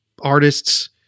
artists